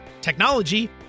technology